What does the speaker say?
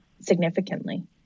significantly